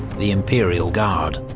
the imperial guard.